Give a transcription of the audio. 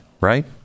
right